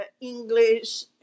English